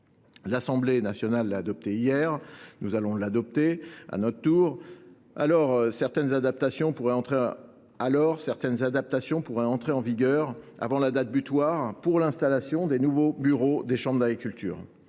L’Assemblée nationale a adopté ce texte hier. Nous allons à présent l’adopter à notre tour. Dès lors, certaines adaptations pourraient entrer en vigueur avant la date butoir pour l’installation des nouveaux bureaux des chambres d’agriculture.